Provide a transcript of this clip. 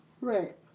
Right